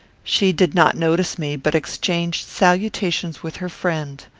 she did not notice me, but exchanged salutations with her friend.